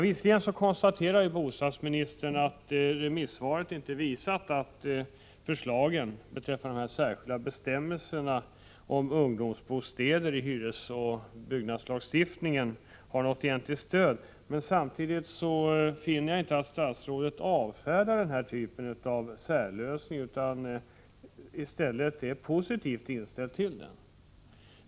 Visserligen konstaterar bostadsministern att remissvaren inte visat att förslagen beträffande de särskilda bestämmelserna om ungdomsbostäder i hyresoch byggnadslagstiftningen har något egentligt stöd, men samtidigt vill inte statsrådet avfärda denna typ av särlösning utan är i stället positivt inställd till den.